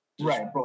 Right